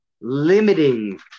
limiting